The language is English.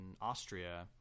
Austria